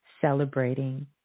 celebrating